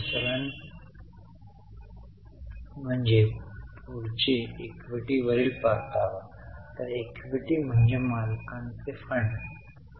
तर आपण येथे पाहू शकता की त्यांनी डिबेंचरद्वारे काही नवीन पैसे उभे केले आहेत